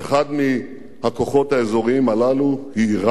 אחד מהכוחות האזוריים הללו הוא אירן,